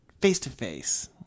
Face-to-face